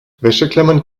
wäscheklammern